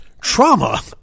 trauma